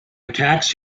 attacks